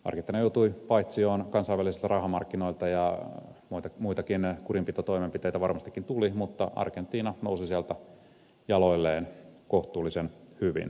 argentiina joutui paitsioon kansainvälisiltä rahamarkkinoilta ja muitakin kurinpitotoimenpiteitä varmastikin tuli mutta argentiina nousi sieltä jaloilleen kohtuullisen hyvin